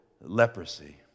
leprosy